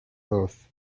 both